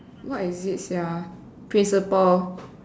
what is it sia principal